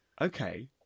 Okay